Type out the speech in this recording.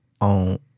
on